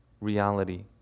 reality